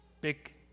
Big